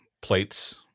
plates